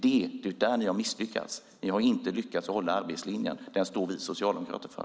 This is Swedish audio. Där har ni misslyckats. Ni har inte lyckats hålla arbetslinjen; den står vi socialdemokrater för.